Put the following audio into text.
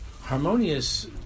Harmonious